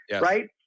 right